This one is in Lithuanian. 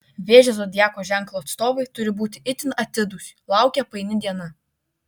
vėžio zodiako ženklo atstovai turi būti itin atidūs laukia paini diena